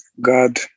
god